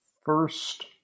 first